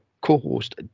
co-host